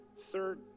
Third